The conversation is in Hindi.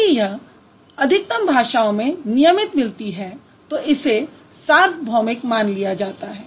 यदि यह अधिकतम भाषाओं में नियमित मिलती है तो इसे सार्वभौमिक मान लिया जाता है